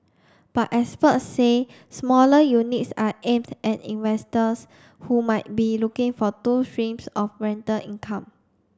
but experts say smaller units are aimed at investors who might be looking for two streams of rental income